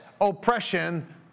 oppression